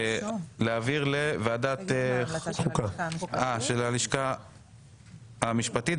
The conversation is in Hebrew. תגיד מה ההמלצה של הלשכה המשפטית.